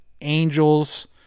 Angels